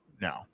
no